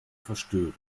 verstörung